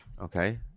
okay